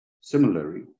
Similarly